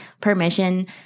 permission